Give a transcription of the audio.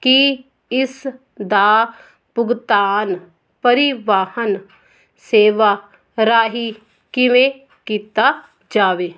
ਕੀ ਇਸ ਦਾ ਭੁਗਤਾਨ ਪਰਿਵਾਹਨ ਸੇਵਾ ਰਾਹੀਂ ਕਿਵੇਂ ਕੀਤਾ ਜਾਵੇ